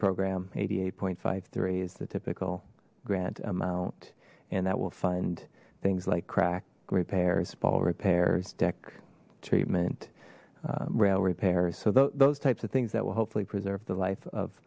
program eighty eight point five three is the typical grant amount and that will fund things like crack repairs fall repairs deck treatment rail repairs so those types of things that will hopefully preserve the life of